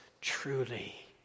truly